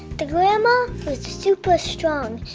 the grandma was super strong.